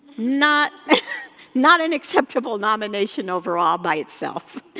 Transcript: not not an acceptable nomination overall by itself.